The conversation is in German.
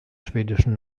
schwedischen